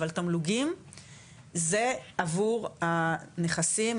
אבל תמלוגים זה עבור הנכסים,